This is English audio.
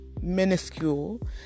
minuscule